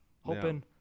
Hoping